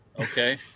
okay